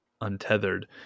Untethered